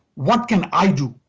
what can i do?